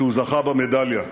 כשהוא זכה במדליה,